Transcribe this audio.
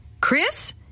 Chris